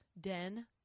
den